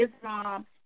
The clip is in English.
Islam